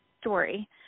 story